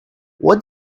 what